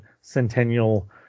centennial